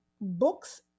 books